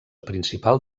principal